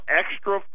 extra